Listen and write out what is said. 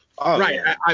Right